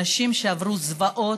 אנשים שעברו זוועות,